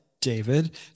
David